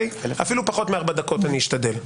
אפילו פחות מארבע דקות אני אשתדל.